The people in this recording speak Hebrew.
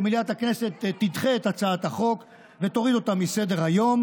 שמליאת הכנסת תדחה את הצעת החוק ותוריד אותה מסדר-היום,